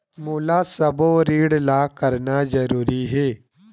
मोला सबो ऋण ला करना जरूरी हे?